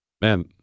man